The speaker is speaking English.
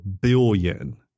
billion